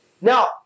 Now